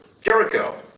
Jericho